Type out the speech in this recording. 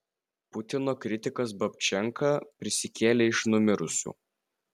putino kritikas babčenka prisikėlė iš numirusių